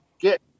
get –